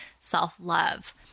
self-love